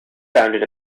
founded